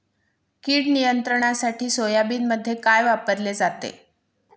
कीड नियंत्रणासाठी सोयाबीनमध्ये काय वापरले जाते?